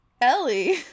ellie